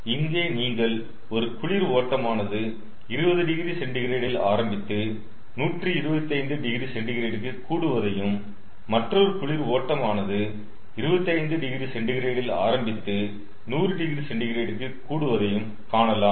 இங்கே நீங்கள் ஒரு குளிர் ஓட்டமானது 20 டிகிரி சென்டி கிரேடில் ஆரம்பித்து 125 டிகிரி சென்டிகிரேடுக்கு கூடுவதையும மற்றொரு குளிர் ஓட்டமானது 25oC ல் ஆரம்பித்து 100oC க்கு கூடுவதையும் காணலாம்